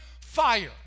fire